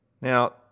Now